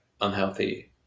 unhealthy